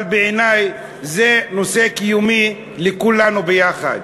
אבל בעיני זה נושא קיומי לכולנו ביחד,